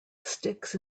sticks